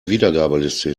wiedergabeliste